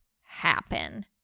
happen